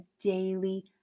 daily